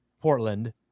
Portland